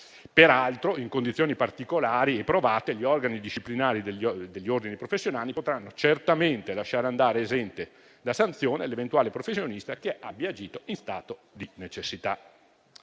Peraltro, in condizioni particolari e provate, gli organi disciplinari degli ordini professionali potranno certamente lasciar andare esente da sanzione l'eventuale professionista che abbia agito in stato di necessità.